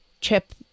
chip